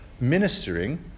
ministering